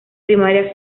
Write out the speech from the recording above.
primaria